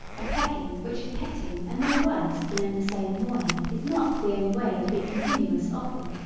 a pecking which is petting and no worse than in the same morning is not the only way to be continuous often.